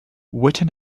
witten